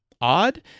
odd